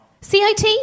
CIT